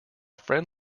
friend